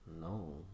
No